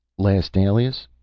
last alias,